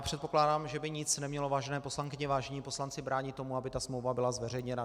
Předpokládám, že by nic nemělo, vážené poslankyně, vážení poslanci, bránit tomu, aby ta smlouva byla zveřejněna.